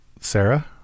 Sarah